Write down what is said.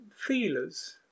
feelers